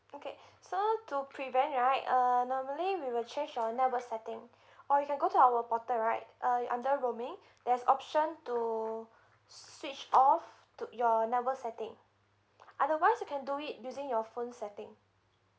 okay so to prevent right uh normally we will change our network setting or you can go to our portal right uh under roaming there's option to switch off your network setting otherwise you can do it using your phone setting